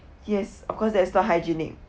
yes of course that is not hygienic